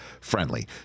friendly